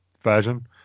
version